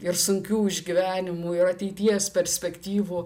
ir sunkių išgyvenimų ir ateities perspektyvų